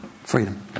freedom